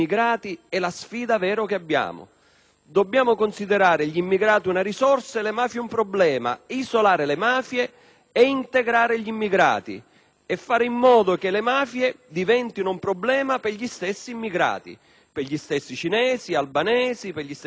dobbiamo considerare gli immigrati una risorsa e le mafie un problema: isolare le mafie e integrare gli immigrati e fare in modo che le mafie diventino un problema per gli stessi immigrati, per gli stessi cinesi, albanesi, nigeriani e slavi.